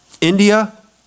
India